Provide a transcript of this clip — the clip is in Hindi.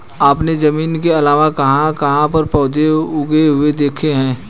आपने जमीन के अलावा कहाँ कहाँ पर पौधे उगे हुए देखे हैं?